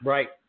Right